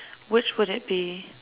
which would it be